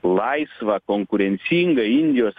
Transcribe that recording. laisvą konkurencingą indijos